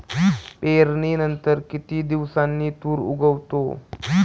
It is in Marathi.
पेरणीनंतर किती दिवसांनी तूर उगवतो?